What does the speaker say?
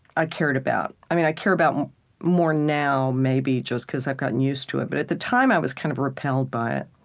i cared about i care about it more now, maybe, just because i've gotten used to it. but at the time, i was kind of repelled by it.